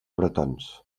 bretons